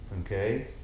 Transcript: Okay